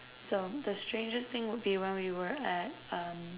so the strangest thing would be when we were at uh